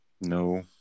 No